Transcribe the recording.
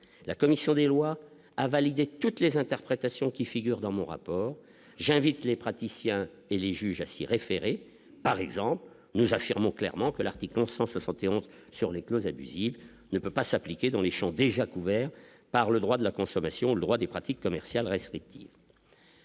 la commission des lois a validé toutes les interprétations qui figure dans mon rapport, j'invite les praticiens et les juges à s'y référer, par exemple, nous affirmons clairement que l'article 171 sur les clauses abusives ne peut pas s'appliquer dans les champs déjà couverts par le droit de la consommation, le droit des pratiques commerciales restrictives.